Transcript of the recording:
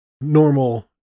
normal